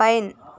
pine